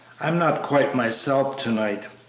i am not quite myself to-night.